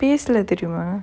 பேசல தெரியுமா:pesala theriyumaa